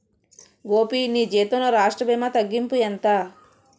గోపీ నీ జీతంలో రాష్ట్ర భీమా తగ్గింపు ఎంత